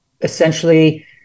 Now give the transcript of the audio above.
essentially